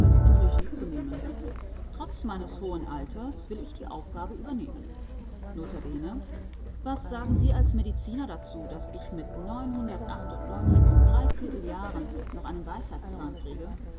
in regie zu nehmen trotz meines hohen alters will ich die aufgabe übernehmen notabene was sagen sie als mediziner dazu daß ich mit neunhundertachtundneunzig und dreiviertel jahren noch einen weisheitszahn kriege